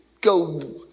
go